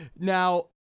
Now